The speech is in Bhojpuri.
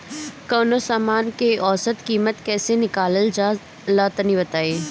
कवनो समान के औसत कीमत कैसे निकालल जा ला तनी बताई?